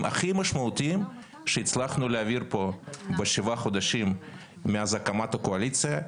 הכי משמעותיים שהצלחנו להעביר פה בשבעה החודשים מאז הקמת הקואליציה.